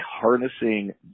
harnessing